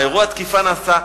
אירוע התקיפה נעשה.